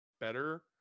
better